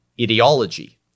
ideology